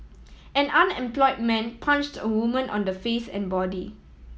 an unemployed man punched a woman on the face and body